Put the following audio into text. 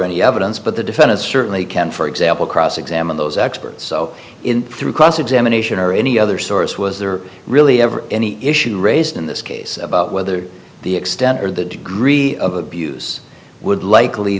any evidence but the defendant certainly can for example cross examine those experts so in through cross examination or any other source was there really ever any issue raised in this case about whether the extent or the degree of abuse would likely